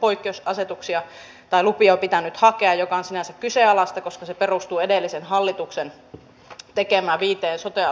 tähän on näitä poikkeuslupia pitänyt hakea mikä on sinänsä kyseenalaista koska se perustuu edellisen hallituksen tekemään viiden sote